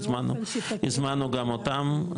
הזמנו גם אותם,